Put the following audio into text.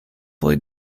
fully